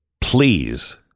please